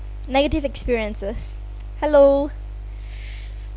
negative experiences hello